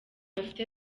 afite